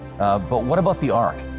but what about the ark?